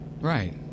Right